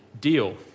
deal